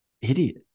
idiot